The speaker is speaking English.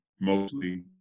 mostly